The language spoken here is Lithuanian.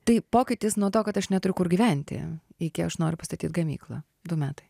tai pokytis nuo to kad aš neturiu kur gyventi iki aš noriu pastatyt gamyklą du metai